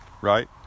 right